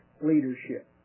leadership